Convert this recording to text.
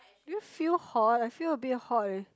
do you feel hot I feel a bit hot eh